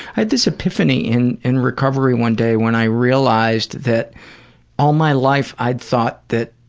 i had this epiphany in in recovery one day when i realized that all my life i had thought that,